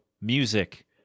music